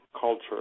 culture